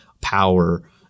power